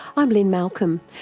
i'm lynne malcolm,